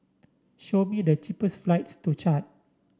show me the cheapest flights to Chad